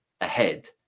ahead